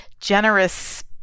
generous